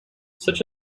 such